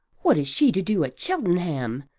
what is she to do at cheltenham?